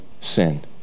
sin